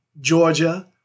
Georgia